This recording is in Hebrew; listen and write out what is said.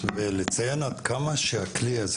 ולציין עד כמה שהכלי הזה